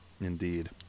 indeed